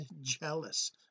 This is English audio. jealous